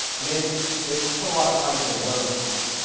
i mean it it put a lot of cognitive load on people.